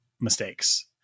mistakes